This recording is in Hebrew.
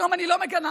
היום אני לא מגנה.